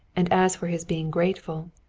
and as for his being grateful